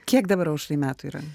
kiek dabar aušrai metų yra